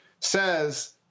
says